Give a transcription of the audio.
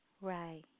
Right